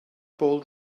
bold